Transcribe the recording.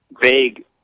vague